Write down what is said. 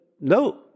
no